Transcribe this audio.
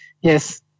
yes